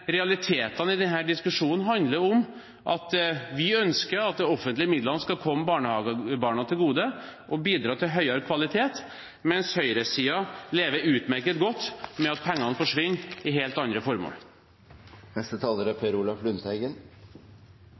realitetene i denne diskusjonen handler om at vi ønsker at de offentlige midlene skal komme barnehagebarna til gode og bidra til høyere kvalitet, mens høyresiden lever utmerket godt med at for mye av pengene forsvinner til helt andre formål. Det er